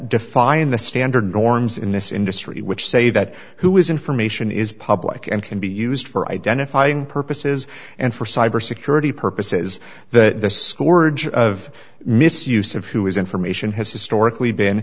define the standard norms in this industry which say that who is information is public and can be used for identifying purposes and for cyber security purposes the score of misuse of who is information has historically been